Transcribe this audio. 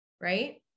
Right